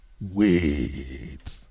wait